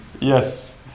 Yes